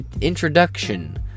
introduction